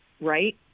right